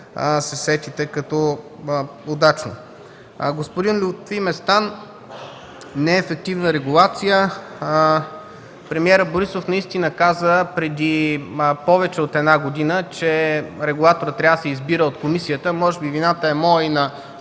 сетите като удачно.